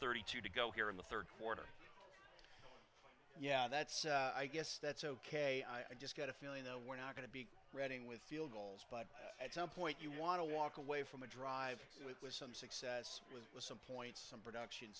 thirty two to go here in the third quarter yeah that's i guess that's ok i just got a feeling though we're not going to be running with field goals but at some point you want to walk away from a drive with some success with some point some production